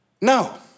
No